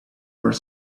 where